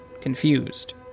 confused